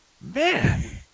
man